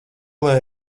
lai